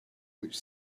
which